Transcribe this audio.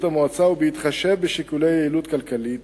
המועצה ובהתחשב בשיקולי יעילות כלכלית,